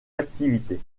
activités